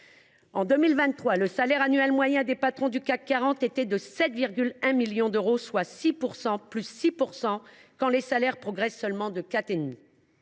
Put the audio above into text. En 2023, le salaire annuel moyen des patrons du CAC 40 était de 7,1 millions d’euros, soit une augmentation de 6 %, quand les salaires progressent seulement de 4,5 %.